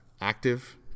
active